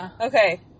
Okay